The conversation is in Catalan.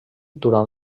durant